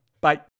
Bye